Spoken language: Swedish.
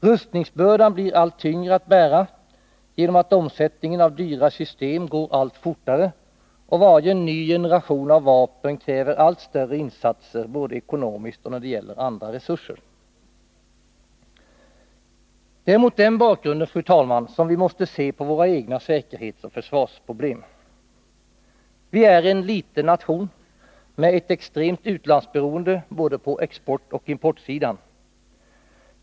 Rustningsbördan blir allt tyngre att bära, genom att omsättningen av dyra system går allt fortare och varje ny generation av vapen kräver allt större insatser, både ekonomiskt och när det gäller andra resurser. Det är mot den bakgrunden, fru talman, som vi måste se på våra egna säkerhetsoch försvarsproblem. Vi är en liten nation med ett extremt utlandsberoende på både exportoch importsidan.